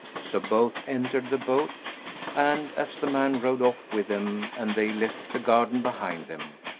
so both entered the boat and, as the man rowed off with them and they left the garden behind them,